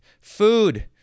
food